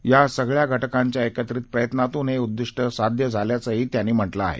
या सगळ्या घटकांच्या एकत्रित प्रयत्नांतून हे उद्दिष्ट साध्य झाल्याचंही त्यांनी म्हटलं आहे